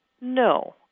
no